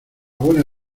buena